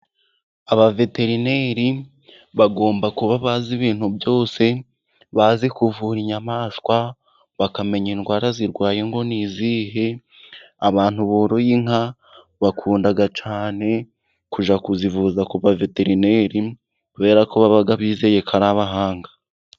Abaveterineri bagomba kuba bazi ibintu byose, bazi kuvura inyamaswa, bakamenya indwara zirwaye ngo ni izihe, abantu boroye inka bakunda cyane, kujya kuzivuza kuba veterineri, kubera ko baba bizeye ko ari abahanga.